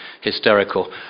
hysterical